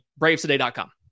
bravestoday.com